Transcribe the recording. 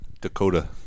dakota